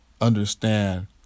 understand